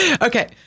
Okay